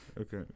Okay